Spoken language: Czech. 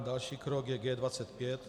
Další krok je G25.